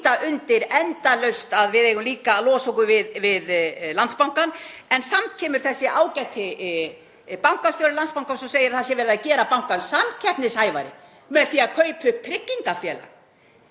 að boða og ýta undir endalaust að við eigum líka að losa okkur við Landsbankann, að samt komi þessi ágæti bankastjóri Landsbankans og segi að það sé verið að gera bankann samkeppnishæfari með því að kaupa tryggingafélag.